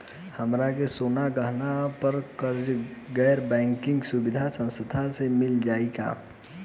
हमरा के सोना गहना पर कर्जा गैर बैंकिंग सुविधा संस्था से मिल जाई का?